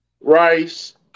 Rice